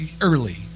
early